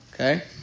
Okay